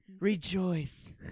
Rejoice